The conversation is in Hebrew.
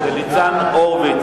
ההצעה להעביר